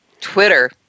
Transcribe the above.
Twitter